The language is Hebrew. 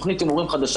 תכנית הימורים חדשה,